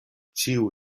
ĉiu